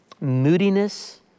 moodiness